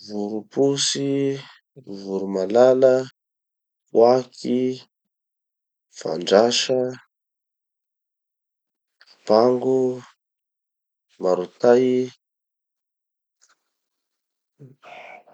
voropotsy, voromalala, koaky, fandrasa, papango, marotay,